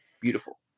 beautiful